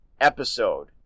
episode